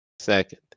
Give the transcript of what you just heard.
second